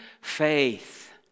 faith